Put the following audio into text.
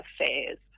affairs